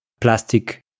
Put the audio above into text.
plastic